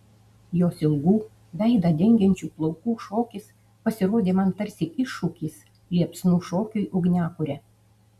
jos ilgų veidą dengiančių plaukų šokis pasirodė man tarsi iššūkis liepsnų šokiui ugniakure